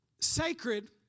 Sacred